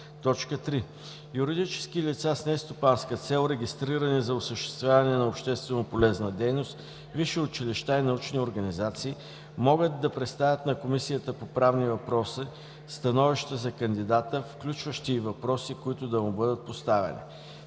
3. Юридически лица с нестопанска цел, регистрирани за осъществяване на общественополезна дейност, висши училища и научни организации могат да представят на Комисията по правни въпроси становища за кандидата, включващи и въпроси, които да му бъдат поставяни.